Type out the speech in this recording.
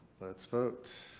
let's vote.